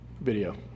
video